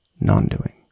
non-doing